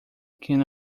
can